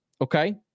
Okay